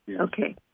Okay